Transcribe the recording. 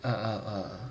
uh uh uh uh